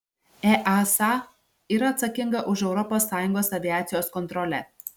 easa yra atsakinga už europos sąjungos aviacijos kontrolę